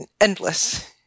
endless